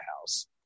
house